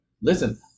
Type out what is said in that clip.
Listen